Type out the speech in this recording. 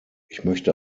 möchte